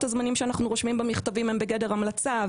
הזמנים שאנחנו רושמים במכתבים הם בגדר המלצה,